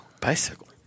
bicycle